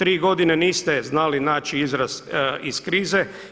Tri godine niste znali naći izlaz iz krize.